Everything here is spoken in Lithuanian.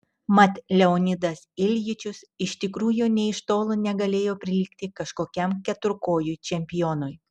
mat leonidas iljičius iš tikrųjų nė iš tolo negalėjo prilygti kažkokiam keturkojui čempionui